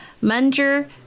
Munger